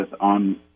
on